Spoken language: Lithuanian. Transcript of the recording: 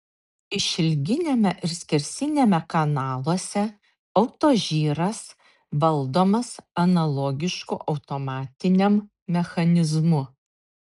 išilginiame ir skersiniame kanaluose autožyras valdomas analogišku automatiniam mechanizmu